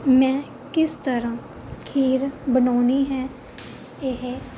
ਮੈਂ ਕਿਸ ਤਰ੍ਹਾਂ ਖੀਰ ਬਣਾਉਣੀ ਹੈ ਇਹ